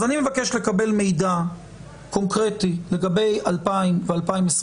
אז אני מבקש לקבל מידע קונקרטי לגבי 2020 ו-2021,